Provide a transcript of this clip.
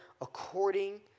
according